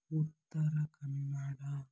Uttara Kannada